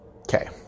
Okay